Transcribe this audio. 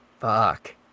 Fuck